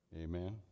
Amen